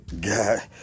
guy